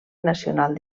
nacional